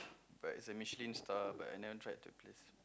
but it's a Michelin star but I never tried that place